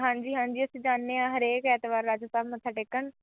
ਹਾਂਜੀ ਹਾਂਜੀ ਅਸੀਂ ਜਾਂਦੇ ਹਾਂ ਹਰੇਕ ਐਤਵਾਰ ਰਾਜਾ ਸਾਹਿਬ ਮੱਥਾ ਟੇਕਣ